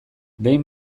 behin